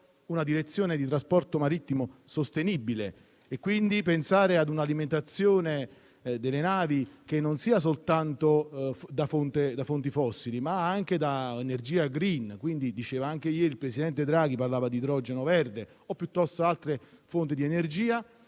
in direzione di un trasporto marittimo sostenibile. Occorre quindi pensare ad un'alimentazione delle navi che non sia soltanto da fonti fossili, ma anche da energia *green* (ieri il presidente Draghi parlava di idrogeno verde), o piuttosto da altre fonti di energia.